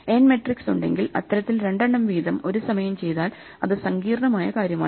N matrix ഉണ്ടെങ്കിൽ ഇത്തരത്തിൽ രണ്ടെണ്ണം വീതം ഒരു സമയം ചെയ്താൽ അത് സങ്കീർണ്ണമായ കാര്യമാണ്